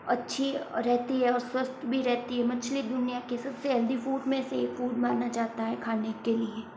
अच्छी रहती है और स्वस्थ भी रहती है मछली दुनिया के सबसे हेल्दी फूड में से एक फूड माना जाता है खाने के लिए